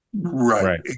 right